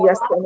Yes